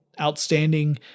outstanding